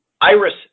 iris